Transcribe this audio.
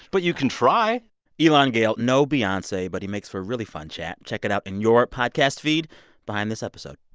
but you can try elan gale no beyonce, but he makes for a really fun chat. check it out in your podcast feed behind this episode.